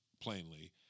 plainly